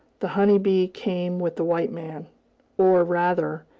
the honey bee came with the white man or rather,